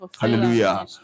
Hallelujah